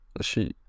She-